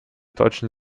deutschen